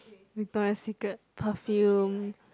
Victoria Secret perfume